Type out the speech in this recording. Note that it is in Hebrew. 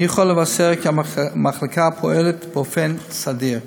אני יכול לבשר כי המחלקה פועלת באופן סדיר.